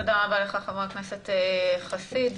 תודה רבה לך חבר הכנסת אליהו חסיד.